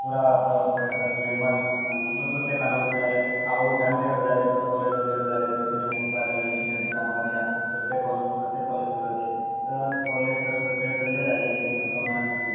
पूरा प्रेशर छलै मस्त मस्त मतलब तुरते खाना हो जाइ रहै आबैके टाइममे लेट होइ जाइ रहै कॉलेज जाइमे लेट होइ जाइ रहै तऽ इसिलियै हम कूकर लए लेलियै कि जल्दी खाना बनि जाइ तऽ तुरते कोल तुरते कॉलेज चलो जाइयै तऽ कॉलेज तऽ तुरते चलले जाइयै लेकिन ओकरोमे